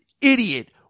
idiot